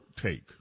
take